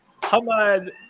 Hamad